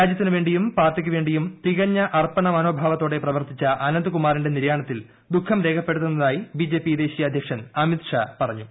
രാജ്യത്തിനുവേണ്ടിയും പാർട്ടിക്കുവേണ്ട്ടിയും തികഞ്ഞ അർപ്പണ മനോഭാവത്തോടെ പ്രവർത്തിച്ച അന്നു്കുമാറിന്റെ നിര്യാണത്തിൽ ദുഃഖം രേഖപ്പെടുത്തുന്നതായി ബ്ലി ജെ പി ദേശീയ അധ്യക്ഷൻ അമിത് ഷാ പറഞ്ഞു